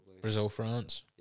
Brazil-France